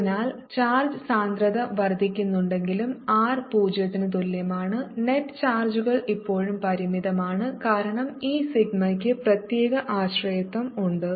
അതിനാൽ ചാർജ് സാന്ദ്രത വർദ്ധിക്കുന്നുണ്ടെങ്കിലും r 0 ന് തുല്യമാണ് നെറ്റ് ചാർജുകൾ ഇപ്പോഴും പരിമിതമാണ് കാരണം ഈ സിഗ്മയ്ക്ക് പ്രത്യേക ആശ്രയത്വം ഉണ്ട്